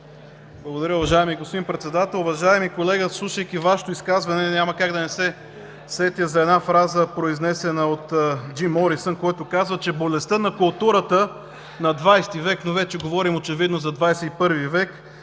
Благодаря, уважаеми господин Председател. Уважаеми колега, слушайки Вашето изказване, няма как да не се сетя за една фраза, произнесена от Джим Морисън, който казва, „че болестта на културата на XX век“, но вече говорим очевидно за XXI век,